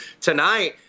tonight